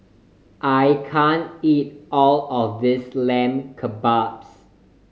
I can't eat all of this Lamb Kebabs